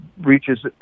reaches